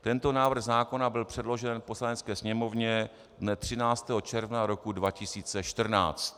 Tento návrh zákona byl předložen Poslanecké sněmovně dne 13. června 2014.